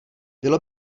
bylo